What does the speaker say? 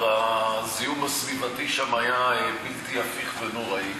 הזיהום הסביבתי שם כבר היה בלתי הפיך ונוראי.